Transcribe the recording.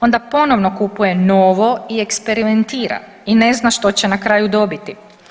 Onda ponovno kupuje novo i eksperimentira i ne zna što će na kraju dobiti.